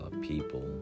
people